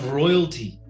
royalty